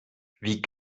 wie